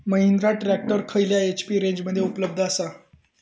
Mahindra tractor खयल्या HP रेंजमध्ये उपलब्ध आसा?